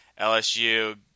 LSU